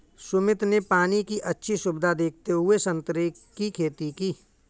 सुमित ने पानी की अच्छी सुविधा देखते हुए संतरे की खेती की